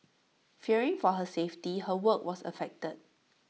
fearing for her safety her work was affected